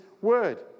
word